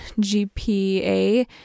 GPA